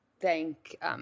thank